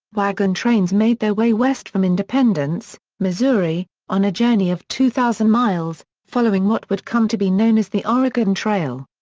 wagon trains made their way west from independence, missouri, on a journey of two thousand miles, following what would come to be known as the oregon trail.